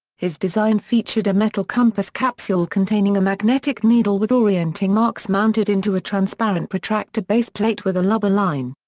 his design featured a metal compass capsule containing a magnetic needle with orienting marks mounted into a transparent protractor baseplate with a lubber line.